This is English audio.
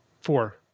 four